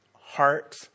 heart